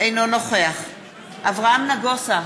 אינו נוכח אברהם נגוסה,